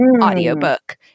audiobook